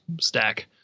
stack